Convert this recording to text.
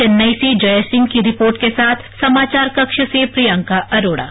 चेन्नई से जय सिंह की रिपोर्ट के साथ समाचार कक्ष से प्रियंका अरोड़ा